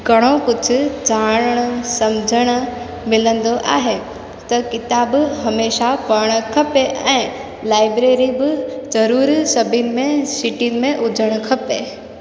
घणो कुझु ॼाणण समुझणु मिलंदो आहे त किताबु हमेशह पढ़णु खपे ऐं लाइब्रेरी बि ज़रूरु सभिनी में सिटियुनि में हुजणु खपे